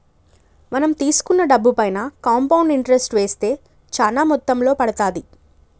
మనం తీసుకున్న డబ్బుపైన కాంపౌండ్ ఇంటరెస్ట్ వేస్తే చానా మొత్తంలో పడతాది